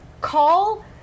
call